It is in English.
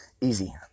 easy